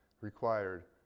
required